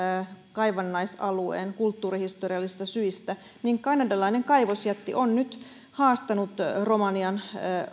kaivannaisalueen kulttuurihistoriallisista syistä niin kanadalainen kaivosjätti on nyt haastanut romanian